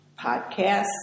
podcast